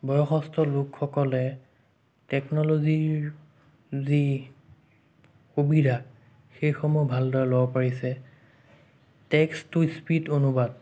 বয়সস্থ লোকসকলে টেকনলজিৰ যি সুবিধা সেই সমূহ ভালদৰে ল'ব পাৰিছে টেক্সট টু স্পীট অনুবাদ